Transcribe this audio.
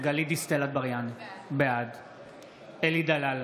גלית דיסטל אטבריאן, בעד אלי דלל,